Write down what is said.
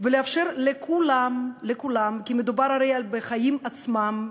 ולאפשר לכולם, לכולם, כי מדובר בחיים עצמם,